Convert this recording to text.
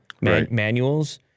manuals